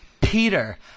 Peter